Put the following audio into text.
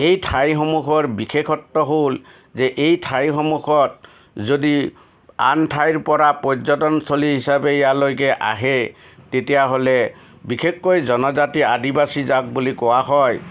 এই ঠাইসমূহৰ বিশেষত্ব হ'ল যে এই ঠাইসমূহত যদি আন ঠাইৰ পৰা পৰ্যটন থলী হিচাপে ইয়ালৈকে আহে তেতিয়াহ'লে বিশেষকৈ জনজাতি আদিবাচি যাক বুলি কোৱা হয়